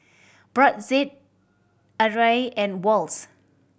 Brotzeit Arai and Wall's